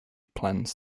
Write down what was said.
plans